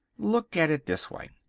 look at it this way.